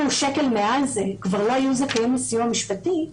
שקל מעל זה כבר לא יהיו זכאים לסיוע משפטי,